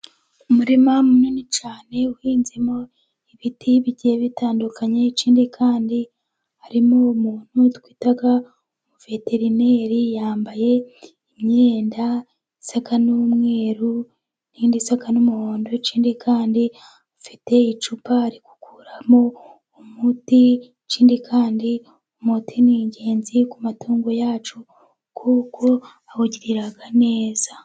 Umurima munini cyane uhinzemo ibiti bigiye bitandukanye, ikindi kandi harimo umuntu twita umuveterineri, yambaye imyenda isa n'umweru n'indi isa n'umuhondo, ikindi kandi afite icupa ari gukuramo umuti, ikindi kandi umuti ni ingenzi ku matungo yacu, kuko awugirira neza.